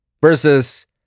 versus